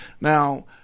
Now